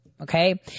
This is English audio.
okay